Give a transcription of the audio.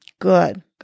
Good